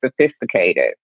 sophisticated